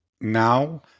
Now